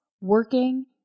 working